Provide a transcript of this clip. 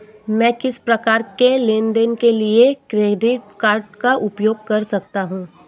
मैं किस प्रकार के लेनदेन के लिए क्रेडिट कार्ड का उपयोग कर सकता हूं?